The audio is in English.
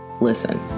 Listen